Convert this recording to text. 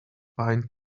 pine